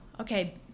okay